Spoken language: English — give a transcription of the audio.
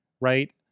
right